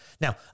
now